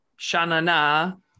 Shanana